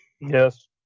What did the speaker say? Yes